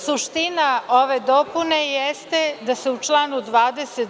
Suština ove dopune jeste da se u članu 20.